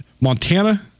Montana